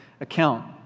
account